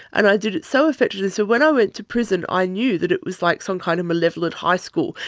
and i did it so effectively, so when i went to prison i knew that it was like some kind of malevolent high school,